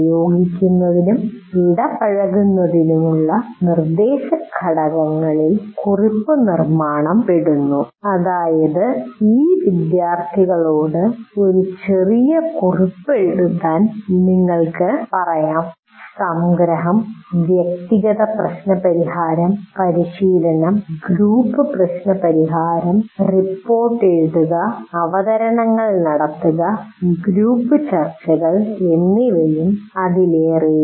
പ്രയോഗിക്കുന്നതിനും ഇടപഴകുന്നതിനുമുള്ള നിർദ്ദേശ ഘടകങ്ങളിൽ കുറിപ്പ് നിർമ്മാണം ഉൾപ്പെടുന്നു അതായത് ഈ വിദ്യാർത്ഥികളോട് ഒരു ചെറിയ കുറിപ്പ് എഴുതാൻ നിങ്ങൾ ആവശ്യപ്പെട്ടേക്കാം സംഗ്രഹം വ്യക്തിഗതപ്രശ്നപരിഹാരം പരിശീലനം ഗ്രൂപ്പ്പ്രശ്നപരിഹാരം റിപ്പോർട്ട് എഴുതുക അവതരണങ്ങൾ നടത്തുക ഗ്രൂപ്പ്ചർച്ചകൾ എന്നിവയും അതിലേറെയും